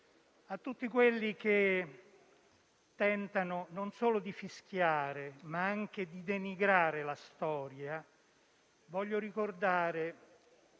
A tutti quelli che tentano non solo di fischiare, ma anche di denigrare la storia, voglio ricordare